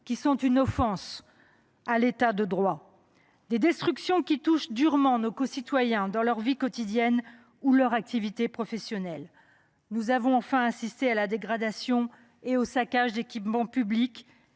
qui sont une offense à l’État de droit. Ces destructions touchent durement nos concitoyens dans leur vie quotidienne ou leur activité professionnelle. Nous avons enfin assisté à la dégradation ou au saccage d’équipements publics